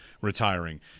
retiring